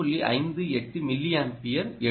58 milliampere எடுக்கும்